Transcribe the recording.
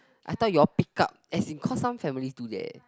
I thought you are pick up as in cause some family do that